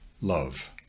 love